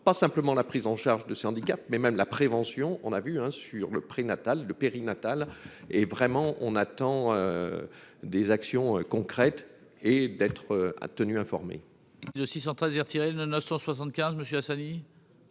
pas simplement la prise en charge de ce handicap, mais même la prévention, on a vu un sur le prix natal le périnatale et vraiment, on attend des actions concrètes et d'être, a tenu informé.